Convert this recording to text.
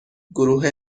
گروه